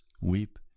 weep